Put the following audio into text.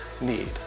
need